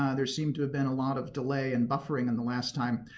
ah there seemed to have been a lot of delay and buffering in the last time.